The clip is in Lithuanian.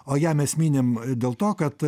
o ją mes minim dėl to kad